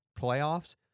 playoffs